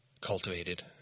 cultivated